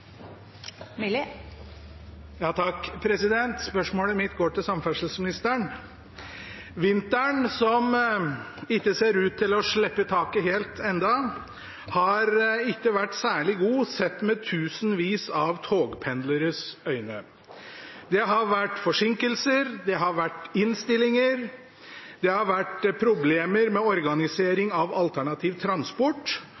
Spørsmålet mitt går til samferdselsministeren. Vinteren, som ikke ser ut til å slippe taket helt ennå, har ikke vært særlig god sett med tusenvis av togpendleres øyne. Det har vært forsinkelser, det har vært innstillinger, det har vært problemer med